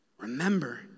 Remember